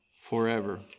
forever